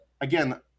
again